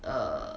err